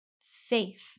Faith